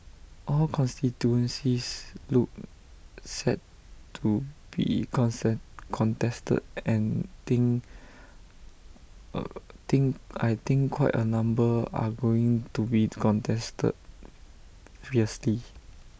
all constituencies look set to be concern contested and think think I think quite A number are going to be contested fiercely